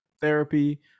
therapy